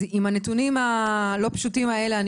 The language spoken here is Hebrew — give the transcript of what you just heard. אז עם הנתונים הלא פשוטים הללו אני